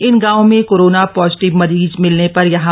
इन गांवों में corona positive मरीज मिलने पर यहां